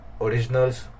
Originals